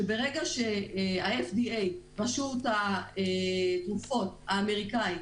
שברגע שרשות התרופות האמריקאית,